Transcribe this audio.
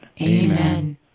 Amen